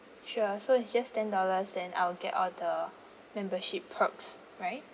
sure so it's just ten dollars then I'll get all the membership perks right